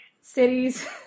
cities